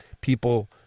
people